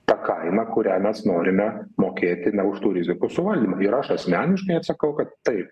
ta kaina kurią mes norime mokėti už tų rizikų suvaldymą ir aš asmeniškai atsakau kad taip